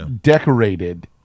decorated